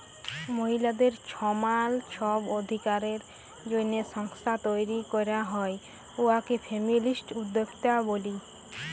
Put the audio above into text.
মহিলাদের ছমাল ছব অধিকারের জ্যনহে সংস্থা তৈরি ক্যরা হ্যয় উয়াকে ফেমিলিস্ট উদ্যক্তা ব্যলি